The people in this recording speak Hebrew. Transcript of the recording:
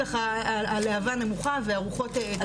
כשהלהבה נמוכה והרוחות יחסית רגועות.